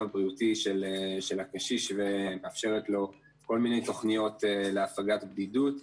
הבריאותי של הקשיש ומאפשרת לו כל מיני תוכניות להפגת בדידות.